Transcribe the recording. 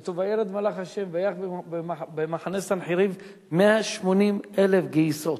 כתוב: וירד מלאך ה' ויך במחנה סנחריב 180,000 גייסות.